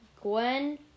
Gwen